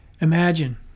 Imagine